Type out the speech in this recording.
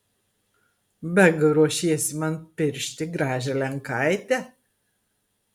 beg ruošiesi man piršti gražią lenkaitę